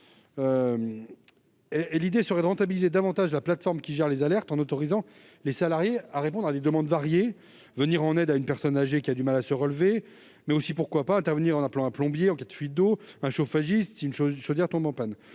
- afin de « rentabiliser » davantage la plateforme qui gère les alertes, en autorisant les salariés à répondre à des demandes variées : venir en aide à une personne âgée qui a du mal à se relever, mais aussi, pourquoi pas, intervenir en appelant un plombier, en cas de fuite d'eau, ou un chauffagiste, si la chaudière tombe en panne.